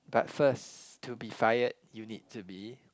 but first to be fired you need to be